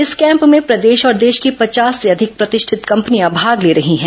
इस कैम्प में प्रदेश और देश की पचास से अधिक प्रतिष्ठित कंपनियां भाग ले रही हैं